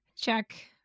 Check